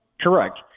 Correct